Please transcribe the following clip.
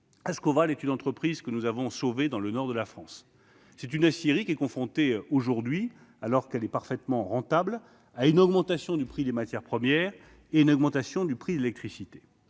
d'Ascoval, une entreprise que nous avons sauvée dans le nord de la France. Cette aciérie est confrontée aujourd'hui, alors qu'elle est parfaitement rentable, à une augmentation du prix des matières premières et de l'électricité.